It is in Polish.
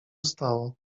stało